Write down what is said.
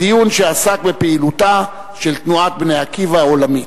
דיון שעסק בפעילותה של תנועת "בני עקיבא" העולמית.